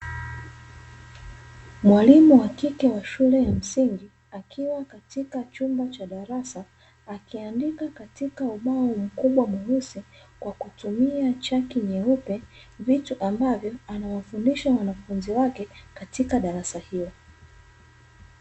Mwalimu wa kike wa shule ya msingi akiwa katika chumba cha darasa, akiandika katika ubao mkubwa mweusi kwa kutumia chaki nyeupe, vitu ambavyo anawafundishia wanafunzi wake katika darasa hilo.